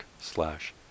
slash